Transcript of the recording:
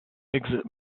exit